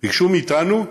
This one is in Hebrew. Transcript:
ביקשנו מאיתנו,